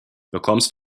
bekommst